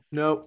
no